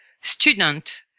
student